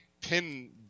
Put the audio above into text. pin –